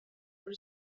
por